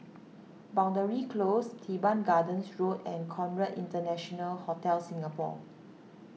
Boundary Close Teban Gardens Road and Conrad International Hotel Singapore